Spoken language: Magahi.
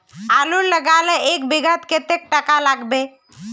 आलूर लगाले एक बिघात कतेक टका लागबे?